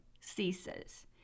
ceases